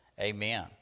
amen